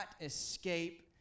escape